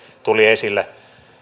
tuli esille